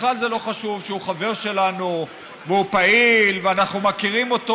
בכלל לא חשוב שהוא חבר שלנו והוא פעיל ואנחנו מכירים אותו.